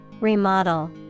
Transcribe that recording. Remodel